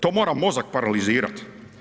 To mora mozak paralizirati.